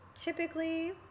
typically